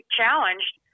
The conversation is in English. challenged